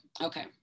Okay